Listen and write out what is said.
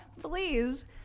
please